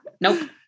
Nope